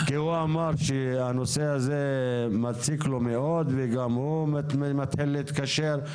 כי הוא אמר שהנושא הזה מציק לו מאוד וגם הוא מתחיל להתקשר.